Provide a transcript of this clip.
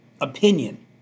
opinion